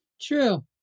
True